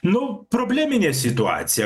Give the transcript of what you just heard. nu probleminė situacija